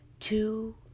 Two